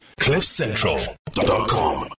Cliffcentral.com